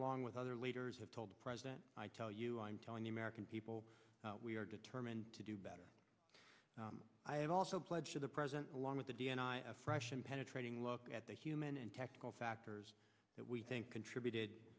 along with other leaders have told the president i tell you i'm telling the american people we are determined to do better i have also pledged to the president along with the d n i freshened penetrating look at the human and technical factors that we think contributed